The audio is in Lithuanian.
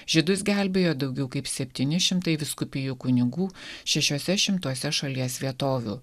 žydus gelbėjo daugiau kaip septyni šimtai vyskupijų kunigų šešiuose šimtuose šalies vietovių